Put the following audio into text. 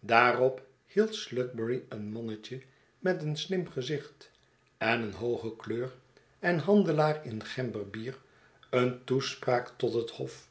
daarop hield sludberry een mannetjemet een slim gezicht en een hooge kleur en handelaar in gemberbier een toespraak tot het hof